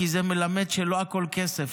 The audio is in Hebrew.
כי זה מלמד שלא הכול כסף,